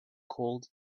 called